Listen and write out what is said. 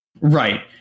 Right